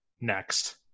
next